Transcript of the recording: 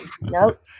Nope